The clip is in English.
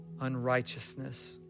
unrighteousness